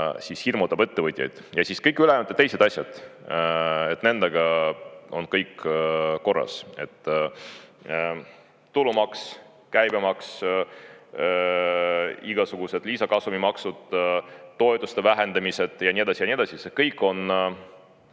maks hirmutab ettevõtjaid. Ja siis kõik ülejäänud teised asjad, et nendega on kõik korras, tulumaks, käibemaks, igasugused lisakasumimaksud, toetuste vähendamised ja nii edasi ja nii edasi, see kõik on